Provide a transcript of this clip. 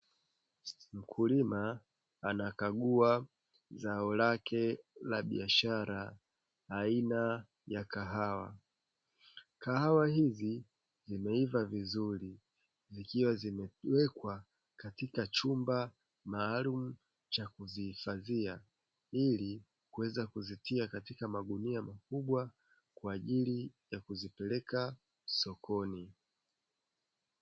Mkulima anakagua zao lake la biashara aina ya kahawa. Kahawa hizi zimeiva vizuri zikiwa zimewekwa katika chumba maalumu cha kuzihifadhia ili kuweza kuzitia katika magunia makubwa kwa ajili ya kuzipeleka sokoni.